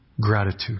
gratitude